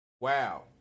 Wow